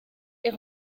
est